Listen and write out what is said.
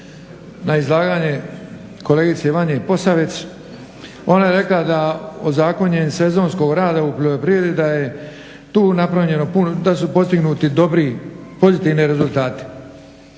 na izlaganje kolegici Vanji Posavac. Ona je rekla da ozakonjen sezonskog rada u poljoprivredi da je tu napravljeno da su postignuti dobri pozitivni rezultati.